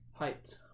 hyped